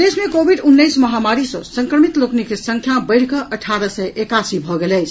प्रदेश मे कोविड उन्नैस महामारी सँ संक्रमित लोकनिक संख्या बढ़ि कऽ अठारह सय एकासी भऽ गेल अछि